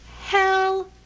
hell